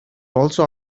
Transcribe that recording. also